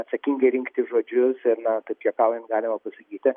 atsakingai rinkti žodžius ir na taip juokaujant galima pasakyti